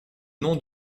nom